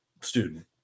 student